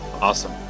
Awesome